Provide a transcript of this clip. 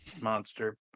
monster